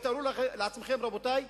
ותארו לעצמכם, רבותי,